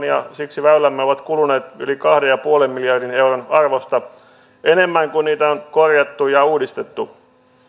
ja siksi väylämme ovat kuluneet yli kahden pilkku viiden miljardin euron arvosta enemmän kuin niitä on korjattu ja uudistettu